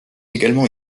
également